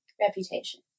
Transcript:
reputation